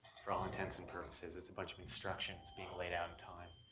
for all intents and purposes. it's a bunch of constructions, being laid out in time,